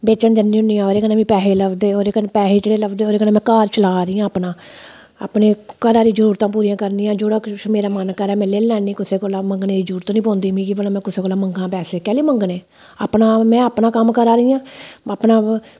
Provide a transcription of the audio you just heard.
बेचनी आं ते ओह्दे मिगी पैसे लभदे ओह्दे कन्नै में घर चला दी आं अपना घर दियां जरूरतां पूरी करनी जेह्दा मन करै ते कुसै कोला जरूरत निं पौंदी मंग्गने दी केह्ली मंग्गनें दी जरूरत निं पौंदी ऐ में अपने कम्म करां आह्नियै